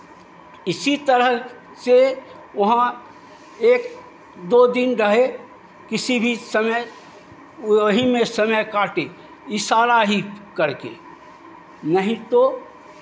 इसी तरह से वहाँ एक दो दिन रहे किसी भी समय वही में समय काटे इशारा ही करके नहीं तो